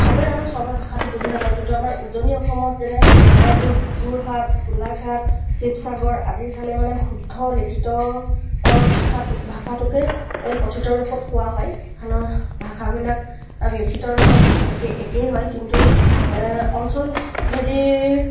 চবেই আৰু চবে ভাষাটো বুজি নাপায় কিন্তু আমাৰ উজনি অসমত যেনে এইবোৰ যোৰহাট গোলাঘাট শিৱসাগৰ আদিৰফালে মানে শুদ্ধ লিখিত ভাষাটো ভাষাটোকেই কথিত ৰূপত কোৱা হয় সেইফালৰ ভাষাবিলাক লিখিতৰ লগত একেই একেই হয় কিন্তু অঞ্চলভেদে